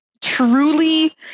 truly